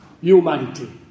humanity